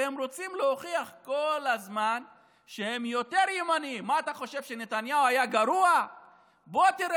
והם רוצים להוכיח כל הזמן שהם יותר ימנים: מה אתה חושב,